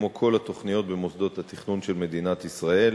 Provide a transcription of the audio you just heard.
כמו כל התוכניות במוסדות התכנון של מדינת ישראל.